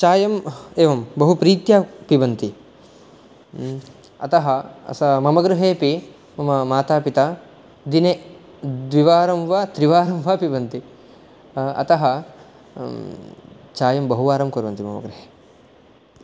चायम् एवं बहुप्रीत्या पिबन्ति अतः स मम गृहेपि मम माता पिता दिने द्विवारं वा त्रिवारं वा पिबन्ति अतः चायं बहुवारं कुर्वन्ति मम गृहे